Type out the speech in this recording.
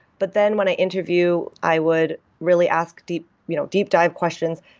but then when i interview, i would really ask deep you know deep dive questions,